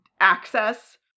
access